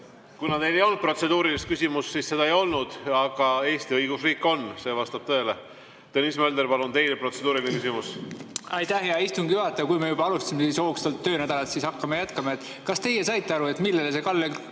Kuna teil ei olnud protseduurilist küsimust, siis seda ei olnud. Aga Eesti õigusriik on, see vastab tõele. Tõnis Mölder, palun teie protseduuriline küsimus! Aitäh, hea istungi juhataja! Kui me juba alustasime hoogsalt töönädalat, siis jätkame. Kas teie saite aru, millele see Kalle